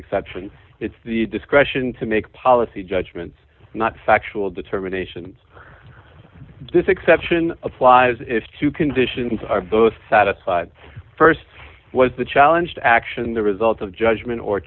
exceptions it's the discretion to make policy judgments not factual determination this exception applies if two conditions are both satisfied st was the challenge to action the result of judgment or